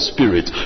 Spirit